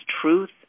truth